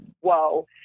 whoa